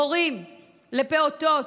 הורים לפעוטות,